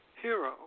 Hero